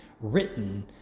written